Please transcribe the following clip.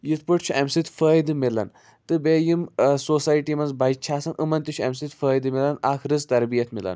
یِتھ پٲٹھۍ چھُ اَمہِ سۭتۍ فٲیدٕ مِلان تہٕ بیٚیہِ یِم سوسایٹی منٛز بچہِ چھِ آسان یِمن تہِ چھُ اَمہِ سۭتۍ فٲیدٕ مِلان اکھ رٕژ تربیت مِلان